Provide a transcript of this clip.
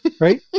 Right